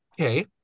Okay